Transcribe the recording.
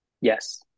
Yes